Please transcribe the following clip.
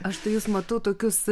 aš tai jus matau tokius